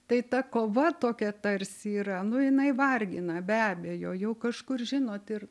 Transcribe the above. tai ta kova tokia tarsi yra nu jinai vargina be abejo jau kažkur žinot ir